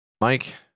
Mike